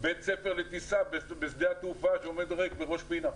בית ספר לטיסה בשדה התעופה שעומד ריק בראש פינה.